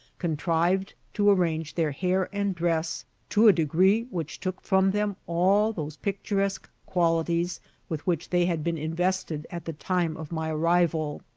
contrived to arrange their hair and dress to a degree which took from them all those picturesque qualities with which they had been invested at the time of my arrival.